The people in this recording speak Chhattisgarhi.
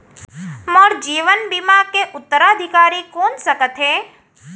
मोर जीवन बीमा के उत्तराधिकारी कोन सकत हे?